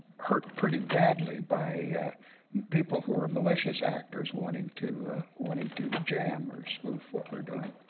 hurt pretty badly by people who are malicious actors wanting to wanting to jam or spoof what we are doing.